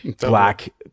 black